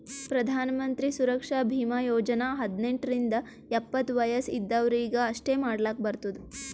ಪ್ರಧಾನ್ ಮಂತ್ರಿ ಸುರಕ್ಷಾ ಭೀಮಾ ಯೋಜನಾ ಹದ್ನೆಂಟ್ ರಿಂದ ಎಪ್ಪತ್ತ ವಯಸ್ ಇದ್ದವರೀಗಿ ಅಷ್ಟೇ ಮಾಡ್ಲಾಕ್ ಬರ್ತುದ